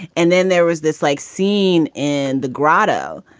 and then there was this like scene in the grotto,